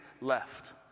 left